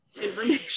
information